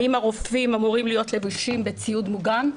האם הרופאים אמורים להיות לבושים בציוד מגן.